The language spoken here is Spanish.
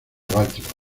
baltimore